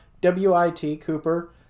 W-I-T-Cooper